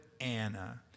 Anna